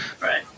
Right